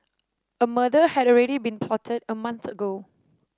a murder had already been plotted a month ago